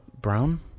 Brown